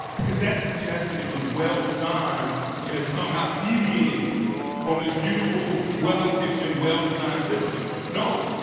because that suggests that it was well designed and has somehow deviated from this beautiful, well intentioned, well designed system. no,